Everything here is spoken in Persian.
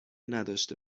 نداشته